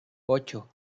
ocho